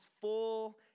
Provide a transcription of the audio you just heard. full